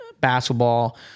basketball